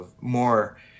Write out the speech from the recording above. more